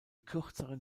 kürzeren